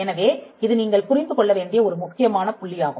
எனவே இது நீங்கள் புரிந்து கொள்ள வேண்டிய ஒரு முக்கியமான புள்ளியாகும்